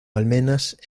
almenas